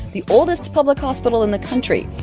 the oldest public hospital in the country.